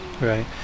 right